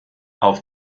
auf